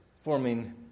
forming